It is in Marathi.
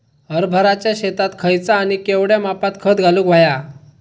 हरभराच्या शेतात खयचा आणि केवढया मापात खत घालुक व्हया?